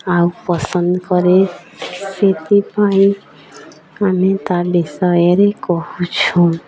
ଆଉ ପସନ୍ଦ କରେ ସେଥିପାଇଁ ଆମେ ତା' ବିଷୟରେ କହୁଛୁ